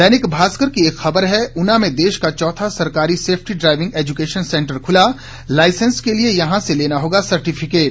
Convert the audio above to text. दैनिक भास्कर की एक खबर है ऊना में देश का चौथा सरकारी सेफ्टी ड्राइविंग एजुकेशन सेंटर खुला लाइसेंस के लिये यहां से लेना होगा सर्टिफिकेट